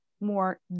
more